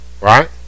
right